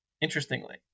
interestingly